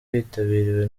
witabiriwe